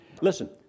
Listen